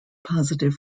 positive